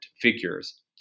figures